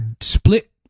split